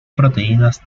proteínas